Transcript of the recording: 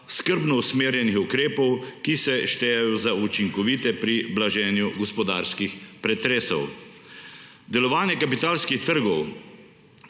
skrbno usmerjenih ukrepov, ki se štejejo za učinkovite pri blaženju gospodarskih pretresov. Delovanje kapitalskih trgov